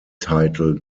title